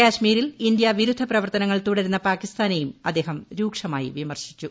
കാശ്മീരിൽ ഇന്ത്യാ വിരുദ്ധ പ്രവർത്തനങ്ങൾ തുടരുന്ന പാകിസ്ഥാനെയും അദ്ദേഹം രൂക്ഷമായി വിമർശിച്ചു